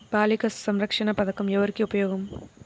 బాలిక సంరక్షణ పథకం ఎవరికి ఉపయోగము?